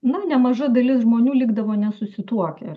na nemaža dalis žmonių likdavo nesusituokę ir